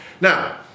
Now